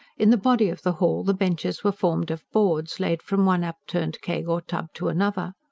in the body of the hall, the benches were formed of boards, laid from one upturned keg or tub to another.